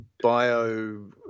bio